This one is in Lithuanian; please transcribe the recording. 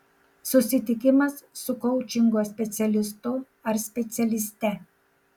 susitikimas su koučingo specialistu ar specialiste